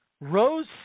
Rose